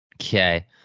Okay